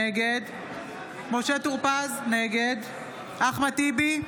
נגד משה טור פז, נגד אחמד טיבי,